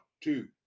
two